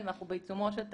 קיבלנו לאחרונה את החוזר.